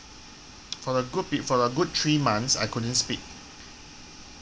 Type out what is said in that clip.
for the good bit for the good three months I couldn't speak